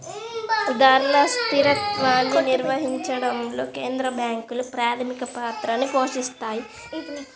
ధరల స్థిరత్వాన్ని నిర్వహించడంలో కేంద్ర బ్యాంకులు ప్రాథమిక పాత్రని పోషిత్తాయి